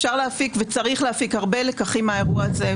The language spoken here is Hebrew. אפשר להפיק וצריך להפיק הרבה לקחים מהאירוע הזה,